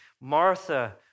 Martha